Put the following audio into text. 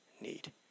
need